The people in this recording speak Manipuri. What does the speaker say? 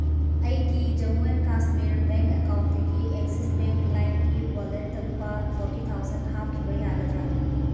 ꯑꯩꯒꯤ ꯖꯃꯨ ꯑꯦꯟ ꯀꯥꯁꯃꯤꯔ ꯕꯦꯡ ꯑꯦꯀꯥꯎꯟꯇꯒꯤ ꯑꯦꯛꯖꯤꯁ ꯕꯦꯡ ꯂꯥꯏꯝꯒꯤ ꯋꯥꯂꯦꯠꯇ ꯂꯨꯄꯥ ꯐꯣꯔꯇꯤ ꯊꯥꯎꯖꯟ ꯍꯥꯞꯈꯤꯕ ꯌꯥꯒꯗ꯭ꯔꯥ